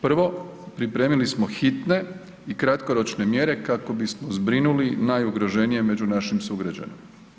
Prvo, pripremili smo hitne i kratkoročne mjere kako bismo zbrinuli najugroženije među našim sugrađanima.